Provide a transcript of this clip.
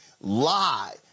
lie